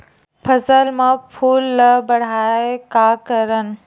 फसल म फूल ल बढ़ाय का करन?